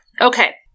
Okay